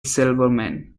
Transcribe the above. silverman